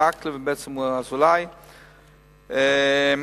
מקלב ואזולאי,